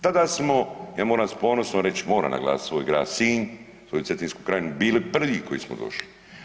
Tada smo, ja moram sa ponosom reći, moram naglasiti svoj grad Sinj, svoju Cetinsku krajinu bili prvi koji smo došli.